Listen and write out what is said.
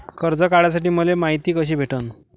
कर्ज काढासाठी मले मायती कशी भेटन?